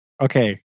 Okay